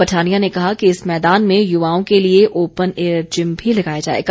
पठानिया ने कहा कि इस मैदान में युवाओं के लिए ओपन ऐयर जिम भी लगाया जाएगा